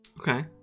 Okay